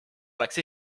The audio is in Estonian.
oleks